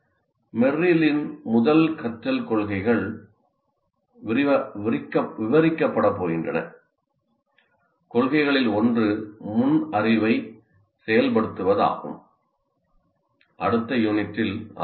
மெரில்லின் முதல் கற்றல் கொள்கைகள் விவரிக்கப்படப் போகின்றன கொள்கைகளில் ஒன்று முன் அறிவைச் செயல்படுத்துவதாகும் அடுத்த யூனிட்டில் ஆராயப்படும்